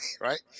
right